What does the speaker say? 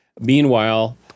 Meanwhile